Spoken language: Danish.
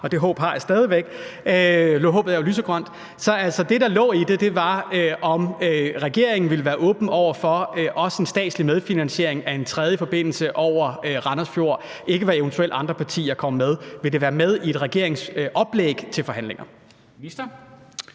væk. Håbet er jo lysegrønt. Det, der lå i det, var, om regeringen ville være åben over for en statslig medfinansiering af en tredje forbindelse over Randers Fjord, og ikke hvad eventuelle andre partier kommer med. Vil det være med i regeringens oplæg til forhandlinger?